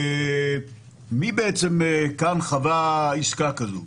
מי בעצם כאן חווה עסקה כזו?